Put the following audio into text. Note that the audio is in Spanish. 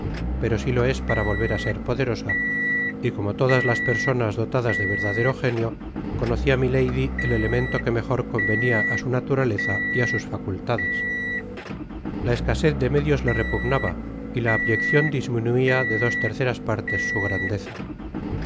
pero si lo es para volver á ser poderosa y como todas las personas dotadas de verdadero genio conocia milady el elemento que mejor convenia á su naturaleza y á sus facultades la escasez de medios le repugnaba y la abyeccion disminuia de dos terceras partes su grandeza